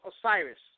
Osiris